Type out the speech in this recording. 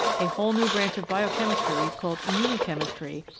a whole new branch of biochemistry, called immunochemistry,